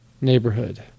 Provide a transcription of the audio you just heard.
neighborhood